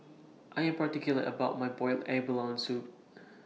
I Am particular about My boiled abalone Soup